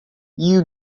you